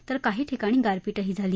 तर काही ठिकाणी गारपीटही झाली